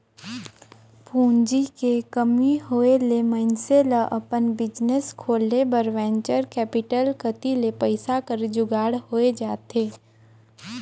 पूंजी के कमी होय ले मइनसे ल अपन बिजनेस खोले बर वेंचर कैपिटल कती ले पइसा कर जुगाड़ होए जाथे